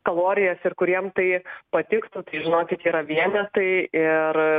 kalorijas ir kuriem tai patiktų tai žinokit yra vienetai ir